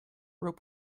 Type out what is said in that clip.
rope